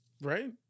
Right